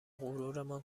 غرورمان